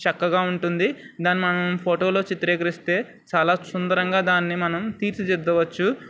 చక్కగా ఉంటుంది దాని మనం ఫోటోలో చిత్రీకరిస్తే చాలా సుందరంగా దాన్ని మనంతీర్చిదిద్దవచ్చు